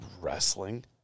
wrestling